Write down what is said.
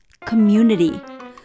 community